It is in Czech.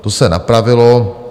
To se napravilo.